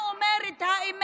את צבועה,